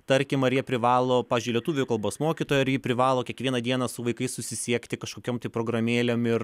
tarkim ar jie privalo pavyzdžiui lietuvių kalbos mokytoja ar ji privalo kiekvieną dieną su vaikais susisiekti kažkokiom tai programėlėm ir